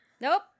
nope